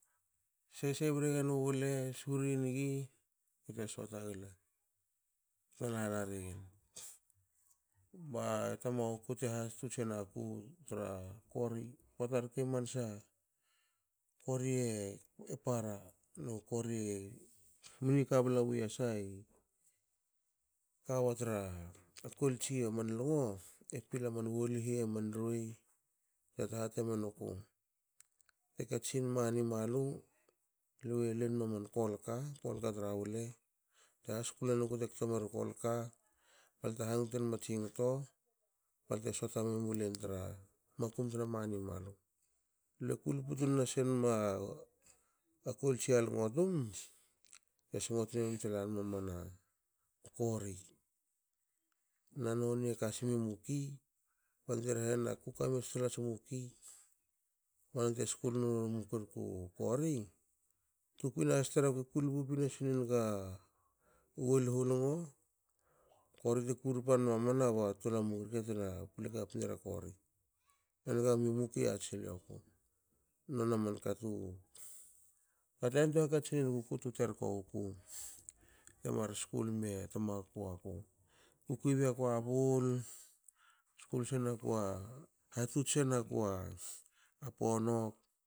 Sei sei bregen u wele suri nigi bte sota gle bte halhala regen. Ba tamaguku te hatots senaku tra kori pota rke i mansa a kori e para nu kori mni kabla wi yasa ikawa tra koltsi aman longo e pil aman wolihi aman ruei bte hathati menuku te katsin mani malu lue luenma man kolka tra wele bte haskul enuku te kto meru kolka balte hangtenma tsi ngto bte suata memulen tra makum tna mani malu. Le kulpu tun nasinma koltsi a longo tum. bte singoti nenum tela wonma kori. Na noni e kasimi u muki bante rehena kukami ats tol ats muki bante skul nu muki rku kori. Tukui nahas tar ako kulpu pinasinengu wolhu longo ba kori te kurpa nmamana. ba tol a muki rke ple kapinera kori. E nigami u muki yati silioku. Noni aman ka tu kate antuen hakatsi nenguku tu terko wuku temar skul miye tamaguku aku kukui bei aku a bul senaku hatotsenaku a ponok